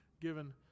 given